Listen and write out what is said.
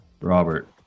Robert